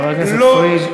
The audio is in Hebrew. לא עשה פיגוע,